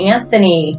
Anthony